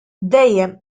dejjem